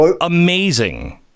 amazing